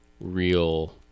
real